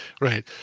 right